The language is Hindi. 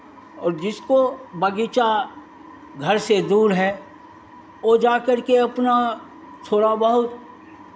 और जिसको बगीचा घर से दूर है वो जा करके अपना थोड़ा बहुत